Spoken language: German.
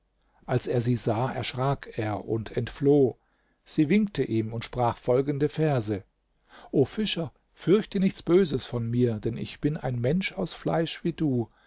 als er sie sah erschrak er und entfloh sie winkte ihm und sprach folgende verse o fischer fürchte nichts böses von mir denn ich bin ein mensch aus fleisch wie du